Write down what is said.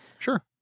Sure